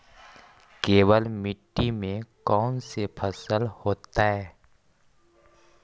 केवल मिट्टी में कौन से फसल होतै?